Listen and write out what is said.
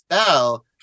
spell